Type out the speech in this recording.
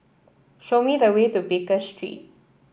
show me the way to Baker Street